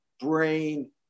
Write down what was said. brain